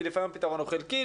כי לפעמים פתרון הוא חלקי,